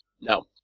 No